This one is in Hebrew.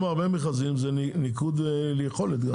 בהרבה מכרזים יש ניקוד גם על יכולת.